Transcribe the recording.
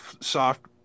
soft